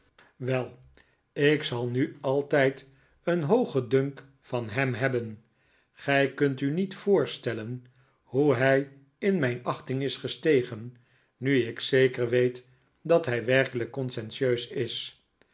wel ik zal riu altijd een hoogen dunk van hem hebben gij kunt u niet voorstellen hoe hij in mijn achting is gestagen nu ik zeker weet dat hij werkelijk conscientieus is